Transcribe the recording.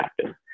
happen